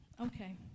Okay